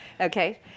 okay